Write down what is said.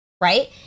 right